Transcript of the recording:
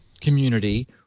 community